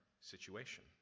situation